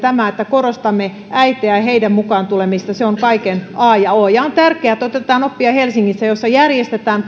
se että korostamme äitejä ja heidän mukaan tulemista on kaiken a ja o ja on tärkeää että otetaan oppia helsingistä jossa järjestetään